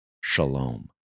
Shalom